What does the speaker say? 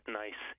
nice